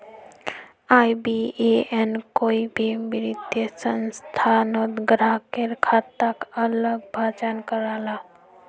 IBAN कोई भी वित्तिय संस्थानोत ग्राह्केर खाताक अलग पहचान कराहा